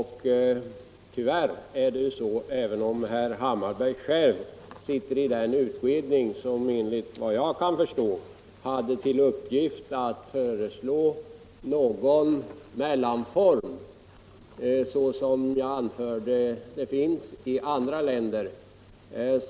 Herr Hammarberg själv sitter i den utredning som enligt vad jag kan förstå skulle ha till uppgift att föreslå någon mellanform av bolag av den typ som finns i andra länder.